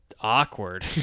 awkward